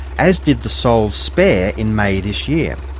as did the sole spare in may this year.